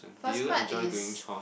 do you enjoy doing chore